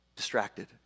Distracted